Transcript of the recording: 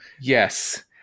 Yes